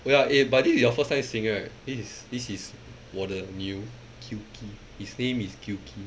oh ya eh but this is your first time seeing right this is this is 我的 new kilkey his name is guilty